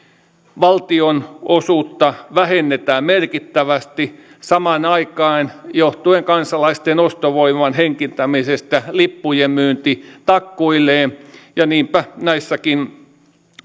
valtionosuutta vähennetään merkittävästi samaan aikaan johtuen kansalaisten ostovoiman heikentämisestä lippujen myynti takkuilee ja niinpä näissäkin